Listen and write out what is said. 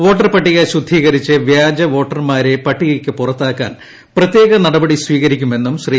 വോട്ടർപട്ടിക ശുദ്ധീകരിച്ച് വ്യാജ വോട്ടർമാരെ പട്ടികയ്ക്ക് പുറത്താക്കാൻ പ്രത്യേക നടപടി സ്വീകരിക്കുമെന്നും ശ്രീ